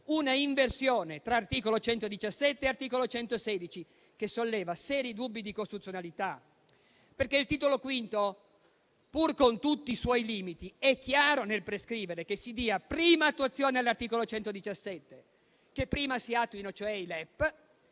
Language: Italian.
un'inversione tra articolo 117 e articolo 116 che solleva seri dubbi di costituzionalità. Il Titolo V, pur con tutti i suoi limiti, è chiaro nel prescrivere che si dia prima attuazione all'articolo 117, che prima cioè si attuino i LEP,